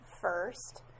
first